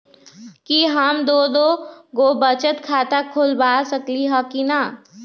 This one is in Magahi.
कि हम दो दो गो बचत खाता खोलबा सकली ह की न?